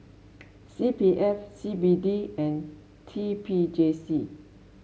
C P F C B D and T P J C